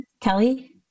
kelly